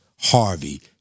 Harvey